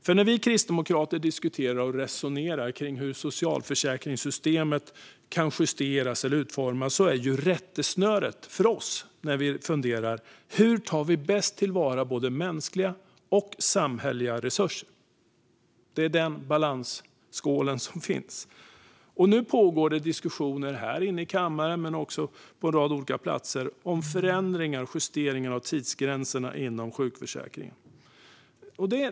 När vi kristdemokrater diskuterar och resonerar om hur socialförsäkringssystemet kan utformas och justeras så är rättesnöret hur vi bäst tar till vara både mänskliga och samhälleliga resurser. Det handlar om den balansen. Nu pågår diskussioner här i kammaren och på andra platser om förändringar och justeringar av tidsgränserna inom sjukförsäkringen.